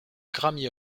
grammy